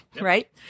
right